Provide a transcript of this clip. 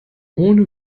ohne